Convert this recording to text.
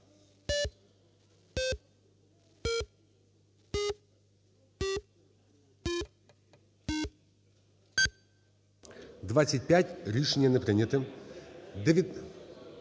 Рішення не прийнято.